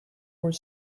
were